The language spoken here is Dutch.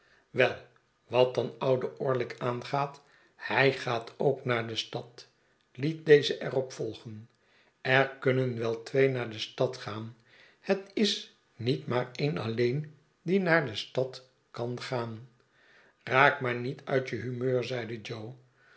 wel wat dan ouden orlick aangaat hij gaat ook naar de stad liet deze er op volgen er kunnen wel twee naar de stad gaan het is niet maar een alleen die naar de stad kan gaan raak maar niet uit je humeur zeide jo